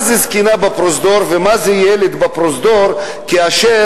מה זה זקנה בפרוזדור ומה זה ילד בפרוזדור כאשר